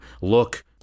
look